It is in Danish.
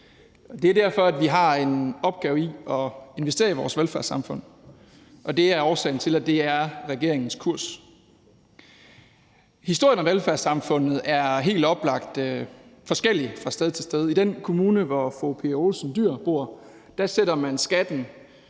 Det er derfor, vi har en opgave i at investere i vores velfærdssamfund, og det er årsagen til, at det er regeringens kurs. Historien om velfærdssamfundet er helt oplagt forskellig fra sted til sted. I den kommune, hvor fru Pia Olsen Dyhr bor, sætter man skatten